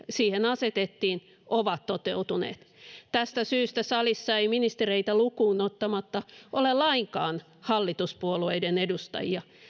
siihen asetettiin ovat toteutuneet tästä syystä salissa ei ministereitä lukuun ottamatta ole lainkaan hallituspuolueiden edustajia